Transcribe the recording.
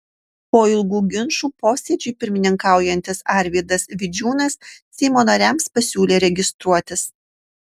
po ilgų ginčų posėdžiui pirmininkaujantis arvydas vidžiūnas seimo nariams pasiūlė registruotis